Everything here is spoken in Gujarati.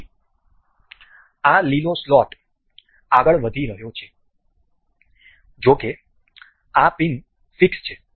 તેથી આ લીલો સ્લોટ આગળ વધી રહ્યો છે જોકે આ પિન ફિક્સ છે